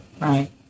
Right